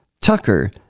Tucker